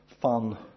fun